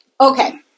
Okay